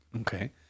Okay